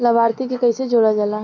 लभार्थी के कइसे जोड़ल जाला?